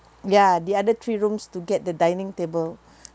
ya the other three rooms to get the dining table